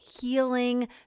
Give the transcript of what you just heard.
healing